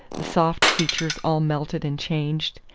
the soft features all melted and changed,